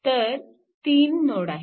तर 3 नोड आहेत